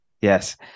Yes